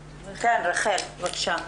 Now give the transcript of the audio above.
רחל ספירו בבקשה.